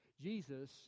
Jesus